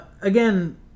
Again